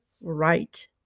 right